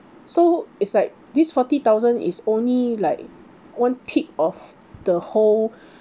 so it's like this forty thousand is only like one tip of the whole